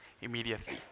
immediately